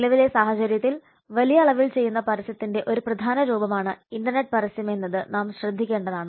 നിലവിലെ സാഹചര്യത്തിൽ വലിയ അളവിൽ ചെയ്യുന്ന പരസ്യത്തിന്റെ ഒരു പ്രധാന രൂപമാണ് ഇന്റർനെറ്റ് പരസ്യം എന്നത് നാം ശ്രദ്ധിക്കേണ്ടതാണ്